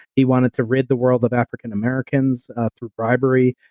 he wanted to rid the world of african-americans through bribery.